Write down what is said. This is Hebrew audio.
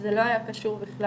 זה לא היה קשור בכלל,